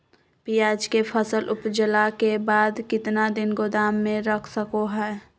प्याज के फसल उपजला के बाद कितना दिन गोदाम में रख सको हय?